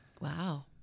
Wow